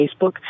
Facebook